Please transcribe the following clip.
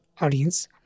audience